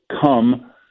come